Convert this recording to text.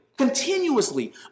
continuously